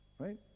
right